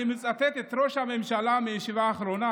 אני מצטט את ראש הממשלה מהישיבה האחרונה.